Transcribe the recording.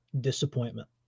Disappointment